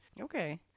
Okay